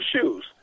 shoes